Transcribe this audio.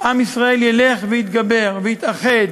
עם ישראל ילך ויתגבר ויתאחד,